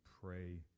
pray